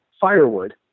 firewood